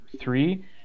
three